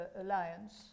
alliance